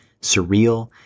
surreal